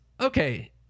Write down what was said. Okay